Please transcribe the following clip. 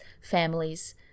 families